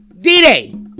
D-Day